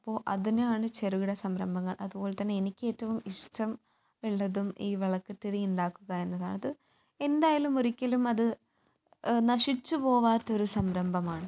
അപ്പോൾ അതിനാണ് ചെറുകിട സംരംഭങ്ങൾ അതുപോലെ തന്നെ എനിക്ക് ഏറ്റവും ഇഷ്ടം ഉള്ളതും ഈ വിളക്ക് തിരി ഉണ്ടാക്കുക എന്നതാണ് അത് എന്തായാലും ഒരിക്കലും അത് നശിച്ചു പോവാത്തൊരു സംരംഭമാണ്